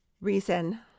reason